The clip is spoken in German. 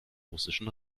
russischen